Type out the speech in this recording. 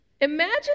Imagine